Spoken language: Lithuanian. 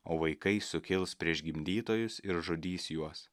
o vaikai sukils prieš gimdytojus ir žudys juos